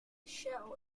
shell